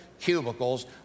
cubicles